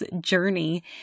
journey